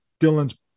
Dylan's